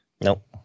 Nope